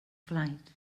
flight